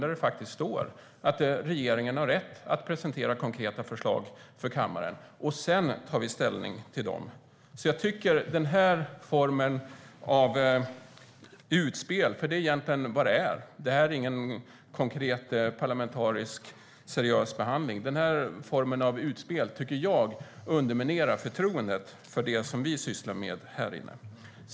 Där står det faktiskt att regeringen har rätt att presentera konkreta förslag för kammaren. Sedan ska vi ta ställning till dem. Det här är ingen konkret, parlamentarisk eller seriös behandling. Den här formen av utspel - det är vad det är - tycker jag underminerar förtroendet för det som vi sysslar med här inne.